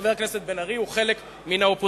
חבר הכנסת בן-ארי הוא חלק מהאופוזיציה.